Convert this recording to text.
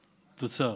תוצר,